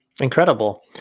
Incredible